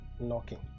Knocking